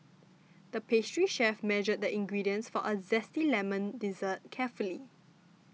the pastry chef measured the ingredients for a Zesty Lemon Dessert carefully